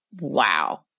wow